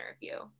interview